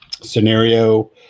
scenario